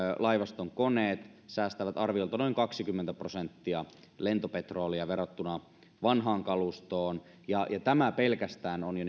laivaston koneet säästävät arviolta noin kaksikymmentä prosenttia lentopetrolia verrattuna vanhaan kalustoon ja tämä pelkästään on